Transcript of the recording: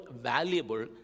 valuable